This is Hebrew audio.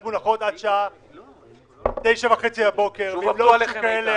להיות מונחות עד שעה 09:30. לא הונחו כאלה.